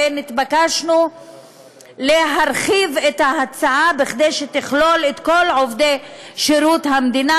והתבקשנו להרחיב את ההצעה כדי שתכלול את כל עובדי שירות המדינה.